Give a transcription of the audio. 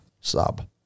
sub